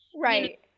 Right